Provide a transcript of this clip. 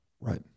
Right